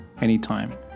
anytime